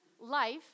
life